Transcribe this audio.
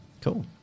Cool